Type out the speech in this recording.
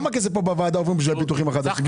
אתה יודע כמה כסף עובר פה בוועדה בשביל הפיתוחים החדשים?